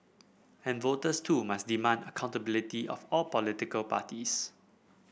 and voters too must demand accountability of all political parties